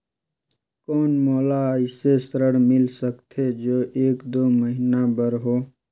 कौन मोला अइसे ऋण मिल सकथे जो एक दो महीना बर हो?